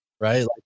right